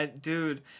Dude